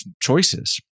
choices